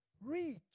reach